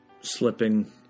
slipping